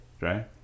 right